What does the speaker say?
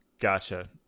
Gotcha